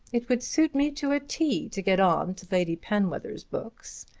it would suit me to a t to get on to lady penwether's books.